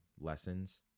lessons